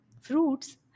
fruits